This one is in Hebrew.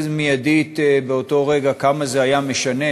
מיידית באותו רגע כמה זה היה משנה,